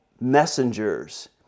messengers